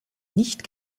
nicht